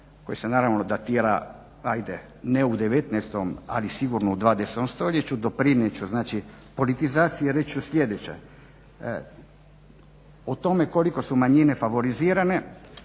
koja naravno datira ne u 19., ali sigurno u 20. stoljeću, doprinijet ću znači politizaciji i reći ću sljedeće. O tome koliko su manjine favorizirane